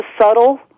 subtle